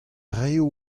raio